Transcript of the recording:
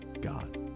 God